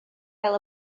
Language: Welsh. fel